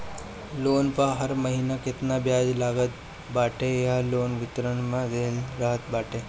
loan पअ हर महिना केतना बियाज लागत बाटे इहो लोन विवरण में देहल रहत बाटे